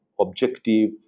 objective